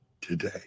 today